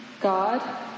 God